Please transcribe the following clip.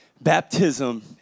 baptism